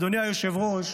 אדוני היושב-ראש,